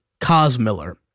Cosmiller